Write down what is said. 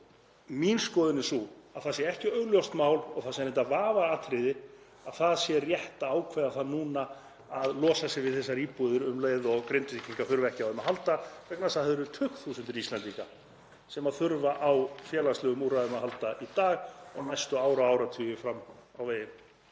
En mín skoðun er sú að það sé ekki augljóst mál og reyndar vafaatriði að rétt sé að ákveða það núna að losa sig við þessar íbúðir um leið og Grindvíkingar þurfa ekki á þeim að halda vegna þess að tugþúsundir Íslendinga þurfa á félagslegum úrræðum að halda í dag og næstu ár og áratugi fram á veginn.